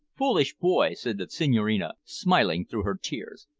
foolish boy, said the senhorina, smiling through her tears,